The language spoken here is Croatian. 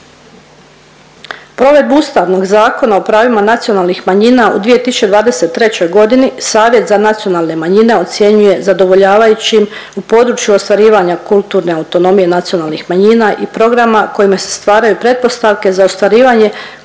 Provedbu Ustavnog zakona o pravima nacionalnih manjina u 2023.g. Savjet za nacionalne manjine ocjenjuje zadovoljavajućim u području ostvarivanja kulturne autonomije nacionalnih manjina i programa kojima se stvaraju pretpostavke za ostvarivanje